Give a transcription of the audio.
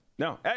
No